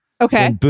Okay